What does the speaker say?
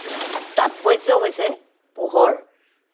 তাৎপৰ্য্য হৈছে পোহৰ